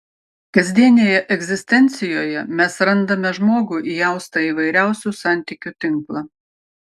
kasdienėje egzistencijoje mes randame žmogų įaustą į įvairiausių santykių tinklą